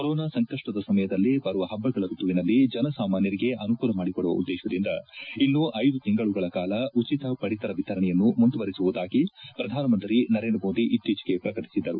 corona ಸಂಕಷ್ಟದ ಸಮಯದಲ್ಲೇ ಬರುವ ಹಬ್ಬಗಳ ಋತುವಿನಲ್ಲಿ ಜನಸಾಮಾನ್ಚರಿಗೆ ಅನುಕೂಲ ಮಾಡಿಕೊಡುವ ಉದ್ದೇಶದಿಂದ ಇನ್ನೂ ಐದು ತಿಂಗಳುಗಳ ಕಾಲ ಉಚಿತ ಪಡಿತರ ವಿತರಣೆಯನ್ನು ಮುಂದುವರೆಸುವುದಾಗಿ ಪ್ರಧಾನಮಂತ್ರಿ ನರೇಂದ್ರ ಮೋದಿ ಇತ್ತೀಚಿಗೆ ಪ್ರಕಟಿಸಿದ್ದರು